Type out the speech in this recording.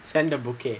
send a bouquet